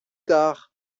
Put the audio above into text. tard